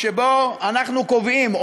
שבו אנחנו קובעים,